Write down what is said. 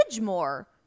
more